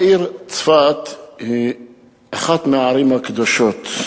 העיר צפת היא אחת מהערים הקדושות,